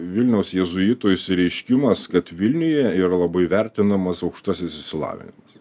vilniaus jėzuitų išsireiškimas kad vilniuje yra labai vertinamas aukštasis išsilavinimas